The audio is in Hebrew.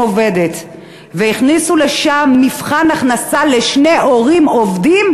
עובדת והכניסו לשם מבחן הכנסה לשני הורים עובדים